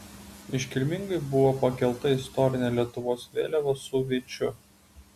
iškilmingai buvo pakelta istorinė lietuvos vėliava su vyčiu